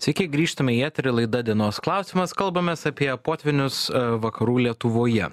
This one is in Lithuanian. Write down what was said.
sveiki grįžtame į eterį laida dienos klausimas kalbamės apie potvynius vakarų lietuvoje